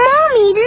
Mommy